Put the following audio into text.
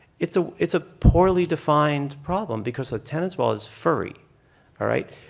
it's ah it's a poorly defined problem because a tennis ball is furry. all right?